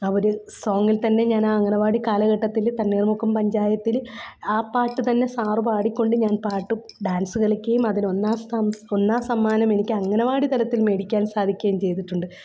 ആ ഒരു സോങ്ങിൽ തന്നെ ഞാൻ ആ അംഗനവാടി കാലഘട്ടത്തിൽ തണ്ണീർമുക്കം പഞ്ചായത്തിൽ ആ പാട്ടുതന്നെ സാറ് പാടിക്കൊണ്ട് ഞാൻ പാട്ട് ഡാൻസ് കളിക്കുകയും അതിനൊന്നാം സ്ഥാനം ഒന്നാം സമ്മാനം എനിക്ക് അംഗനവാടി തലത്തിൽ മേടിക്കാൻ സാധിക്കുകയും ചെയ്തിട്ടുണ്ട്